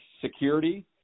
security